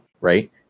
right